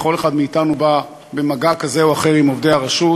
וכל אחד מאתנו בא במגע כזה או אחר עם עובדי הרשות,